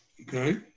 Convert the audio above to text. okay